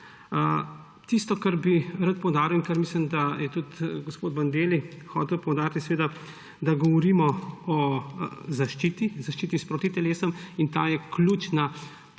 Tisto, kar bi rad poudaril in kar mislim, da je tudi gospod Bandelli hotel poudariti, je, da govorimo o zaščiti, zaščiti s protitelesi, in ta je ključna